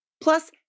Plus